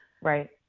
Right